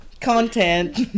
Content